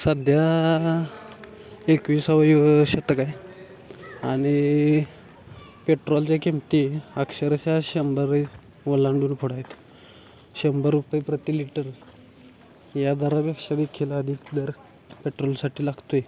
सध्या एकविसावं शतक आहे आणि पेट्रोलच्या किमती अक्षरशः शंभरी ओलांडून पुढं आहेत शंभर रुपये प्रति लिटर या दरापेक्षा देखील अधिक दर पेट्रोलसाठी लागतो आहे